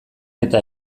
eta